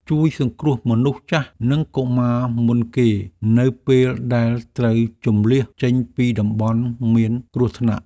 ជួយសង្គ្រោះមនុស្សចាស់និងកុមារមុនគេ នៅពេលដែលត្រូវជម្លៀសចេញពីតំបន់មានគ្រោះថ្នាក់។